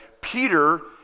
Peter